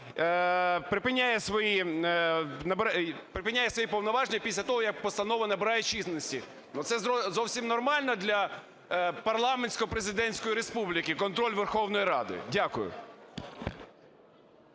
припиняє свої повноваження після того, як постанова набирає чинності. Це зовсім нормально для парламентсько-президентської республіки – контроль Верховної Ради. Дякую.